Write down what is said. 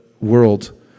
world